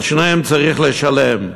על שניהם צריך לשלם,